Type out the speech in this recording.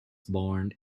born